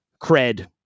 cred